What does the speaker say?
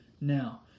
Now